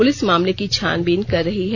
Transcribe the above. police मामले की छानबीन कर रही है